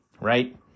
right